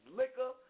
liquor